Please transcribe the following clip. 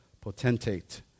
potentate